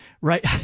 right